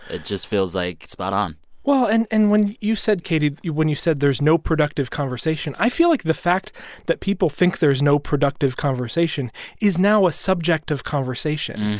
it just feels, like, spot on well, and and when you said, katie when you said there's no productive conversation, i feel like the fact that people think there is no productive conversation is now a subject of conversation.